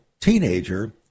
teenager